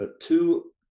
two